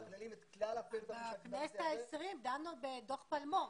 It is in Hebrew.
אנחנו מתכללים את כלל ה --- בכנסת ה-20 דנו בדוח פלמור,